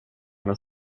men